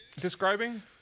describing